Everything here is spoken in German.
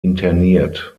interniert